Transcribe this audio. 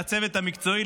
לצוות המקצועי,